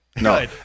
No